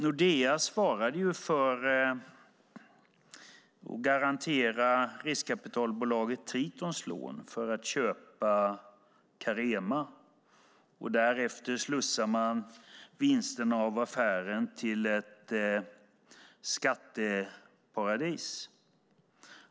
Nordea svarade för att garantera riskkapitalbolaget Tritons lån för att köpa Carema, och därefter slussade man vinsten av affären till ett skatteparadis.